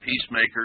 peacemakers